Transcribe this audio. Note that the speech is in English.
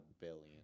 billion